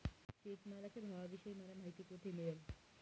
शेतमालाच्या भावाविषयी मला माहिती कोठे मिळेल?